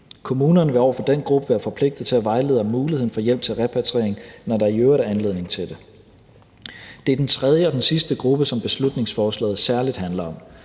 Kommunerne vil over for den gruppe være forpligtet til at vejlede om muligheden for hjælp til repatriering, når der i øvrigt er anledning til det. Det er den tredje og sidste gruppe, som beslutningsforslaget særlig handler om.